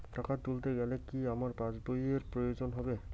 টাকা তুলতে গেলে কি আমার পাশ বইয়ের প্রয়োজন হবে?